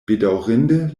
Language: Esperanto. bedaŭrinde